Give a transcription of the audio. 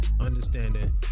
understanding